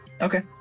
Okay